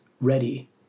ready